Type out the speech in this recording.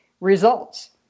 results